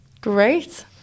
Great